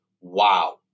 wow